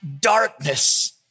darkness